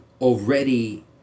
already